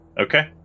Okay